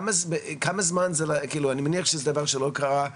אני מניח שזה דבר שלא קרה,